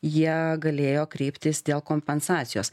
jie galėjo kreiptis dėl kompensacijos